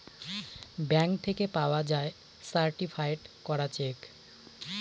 bank থেকে পাওয়া যায় সার্টিফায়েড করা চেক